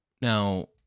Now